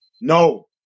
No